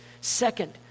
Second